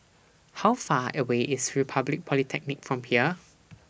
How Far away IS Republic Polytechnic from here